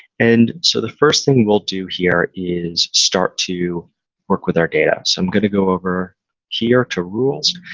and so the first thing we'll do here is start to work with our data. so i'm going to go over here to rules.